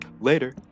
Later